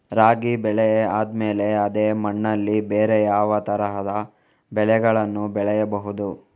ರಾಗಿ ಬೆಳೆ ಆದ್ಮೇಲೆ ಅದೇ ಮಣ್ಣಲ್ಲಿ ಬೇರೆ ಯಾವ ತರದ ಬೆಳೆಗಳನ್ನು ಬೆಳೆಯಬಹುದು?